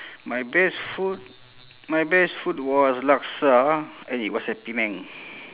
my best food my best food was laksa and it was at penang